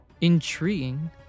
intriguing